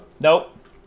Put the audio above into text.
Nope